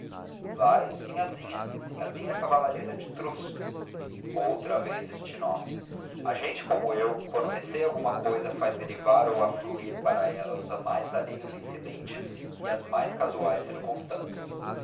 vai sinhazinha sinhazinha é cavaleira de traz outra vez este nome a gente como eu quando receia alguma cousa faz derivar ou afluir para ela os mais alheios incidentes e as mais casuais circunstâncias